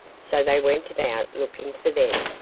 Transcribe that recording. so they went about looking for them,